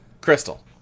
Crystal